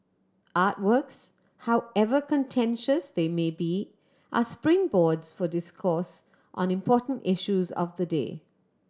artworks however contentious they may be are springboards for discourse on important issues of the day